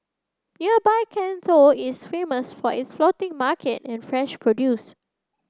nearby Can Tho is famous for its floating market and fresh produce